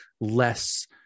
less